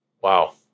Wow